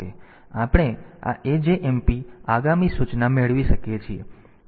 આપણે આ AJMP આગામી સૂચના મેળવી શકીએ છીએ